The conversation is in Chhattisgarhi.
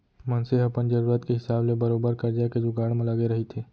मनसे ह अपन जरुरत के हिसाब ले बरोबर करजा के जुगाड़ म लगे रहिथे